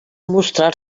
mostrar